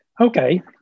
Okay